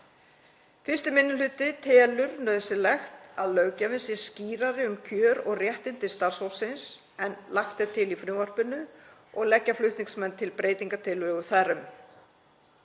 Fyrsti minni hluti telur nauðsynlegt að löggjafinn sé skýrari um kjör og réttindi starfsfólksins en lagt er til í frumvarpinu og leggja flutningsmenn til breytingartillögu þar um.